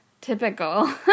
typical